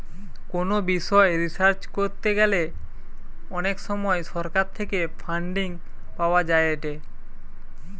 কোনো বিষয় রিসার্চ করতে গ্যালে অনেক সময় সরকার থেকে ফান্ডিং পাওয়া যায়েটে